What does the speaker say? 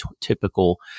typical